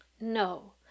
No